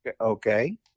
okay